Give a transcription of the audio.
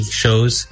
shows